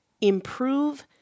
improve